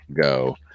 go